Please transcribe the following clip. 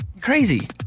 Crazy